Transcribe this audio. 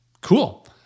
cool